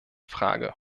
frage